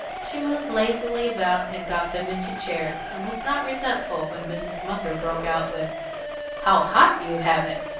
she moved lazily about and got them into chairs, and was not resentful when mrs. munger broke out with how hot you have it!